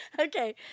Okay